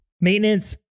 maintenance